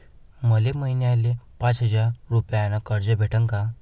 मले महिन्याले पाच हजार रुपयानं कर्ज भेटन का?